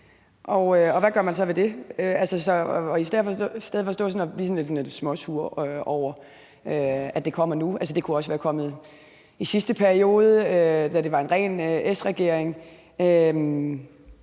hvad gør man så ved det – i stedet for at stå sådan og blive sådan lidt småsur over, at det kommer nu? Det kunne også være kommet i sidste periode, da det var en ren S-regering.